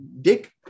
Dick